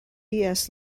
lewis